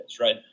right